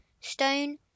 stone